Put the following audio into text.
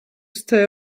stay